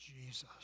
Jesus